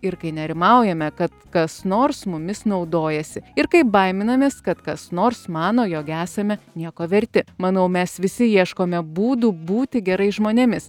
ir kai nerimaujame kad kas nors mumis naudojasi ir kai baiminamės kad kas nors mano jog esame nieko verti manau mes visi ieškome būdų būti gerais žmonėmis